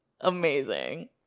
Amazing